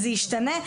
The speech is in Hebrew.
זה ישתנה?